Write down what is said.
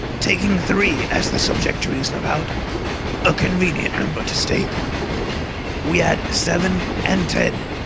taking three as the subject to reason about a convenient number to state we add seven, and ten,